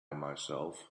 myself